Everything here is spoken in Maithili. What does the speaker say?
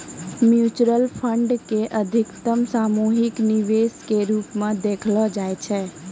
म्युचुअल फंडो के अधिकतर सामूहिक निवेश के रुपो मे देखलो जाय छै